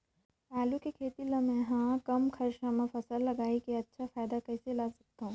आलू के खेती ला मै ह कम खरचा मा फसल ला लगई के अच्छा फायदा कइसे ला सकथव?